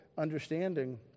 understanding